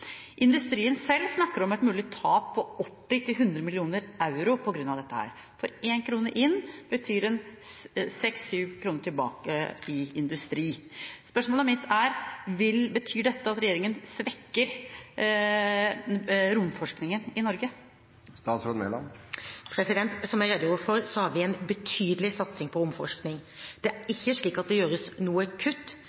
Industrien selv snakker om et mulig tap på 80–100 mill. euro på grunn av dette. Én krone inn betyr seks–syv kroner tilbake i industri. Spørsmålet mitt er: Betyr dette at regjeringen svekker romforskningen i Norge? Som jeg redegjorde for, har vi en betydelig satsing på romforskning. Det er